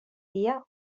dia